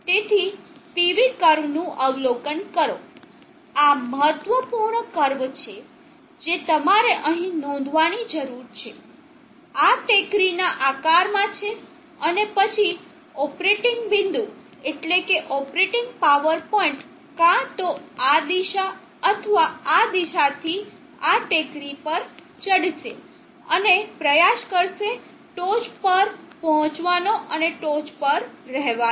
તેથી PV કર્વનું અવલોકન કરો આ મહત્વપૂર્ણ કર્વ છે જે તમારે અહીં નોંધવાની જરૂર છે આ ટેકરીના આકારમાં છે અને પછી ઓપરેટિંગ બિંદુ એટલે કે ઓપરેટિંગ પાવર પોઇન્ટ કા તો આ દિશા અથવા આ દિશાથી આ ટેકરી પર ચડશે અને પ્રયાસ કરશે ટોચ પર પહોંચવાનો અને ટોચ પર રહેવાનો